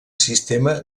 sistema